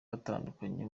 batandukanye